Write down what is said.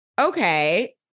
okay